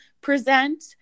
present